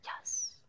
Yes